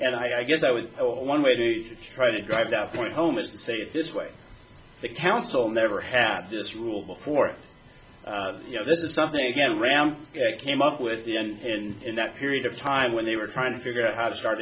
and i guess i was one way to try to drive that point home and say it this way the council never had this rule before you know this is something you can ram came up with in that period of time when they were trying to figure out how to start